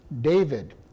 David